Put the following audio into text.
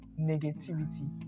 negativity